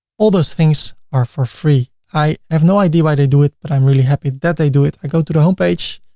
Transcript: all those things are for free. free. i have no idea why they do it, but i'm really happy that they do it. i go to the homepage